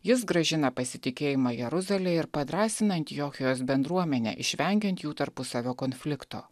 jis grąžina pasitikėjimą jeruzale ir padrąsina antiochijos bendruomenę išvengiant jų tarpusavio konflikto